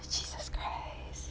jesus christ